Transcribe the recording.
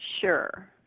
Sure